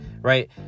right